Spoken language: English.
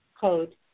Code